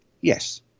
yes